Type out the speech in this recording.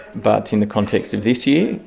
but in the context of this year,